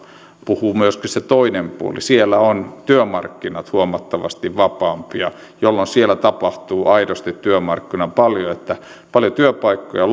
puhuu myöskin se toinen puoli siellä ovat työmarkkinat huomattavasti vapaampia jolloin siellä tapahtuu aidosti työmarkkinoilla paljon paljon työpaikkoja